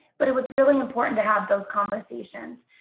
but it was really important to have those conversations,